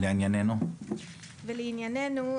לענייננו,